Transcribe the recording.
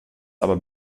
aber